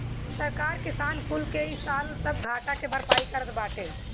सरकार किसान कुल के इ साल सब घाटा के भरपाई करत बाटे